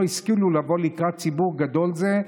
לא השכילו לבוא לקראת ציבור גדול זה,